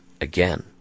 again